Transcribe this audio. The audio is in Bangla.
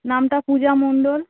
নামটা পূজা মন্ডল